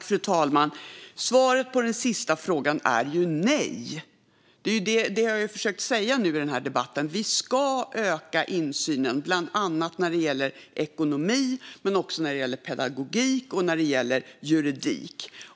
Fru talman! Svaret på den sista frågan är nej. Det är det jag har försökt säga i denna debatt: Vi ska öka insynen, bland annat när det gäller ekonomi men också när det gäller pedagogik och juridik.